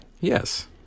Yes